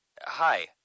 hi